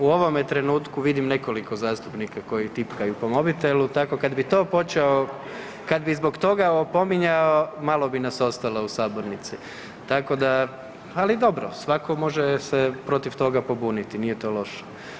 U ovome trenutku vidim nekoliko zastupnika koji tipkaju po mobitelu tako kad bi to počeo, kad bi zbog toga opominjao malo bi nas ostalo u sabornici, tako da, ali dobro, svatko može se protiv toga pobuniti nije to loše.